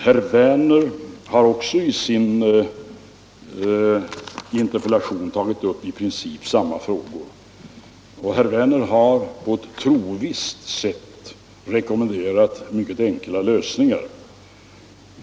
Herr Werner har i sin interpellation tagit upp i princip samma frågor. Och han har på ett trosvisst sätt rekommenderat mycket enkla lösningar.